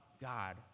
God